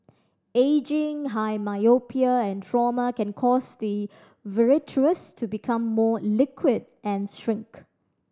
ageing high myopia and trauma can cause the vitreous to become more liquid and shrink